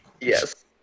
Yes